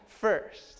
first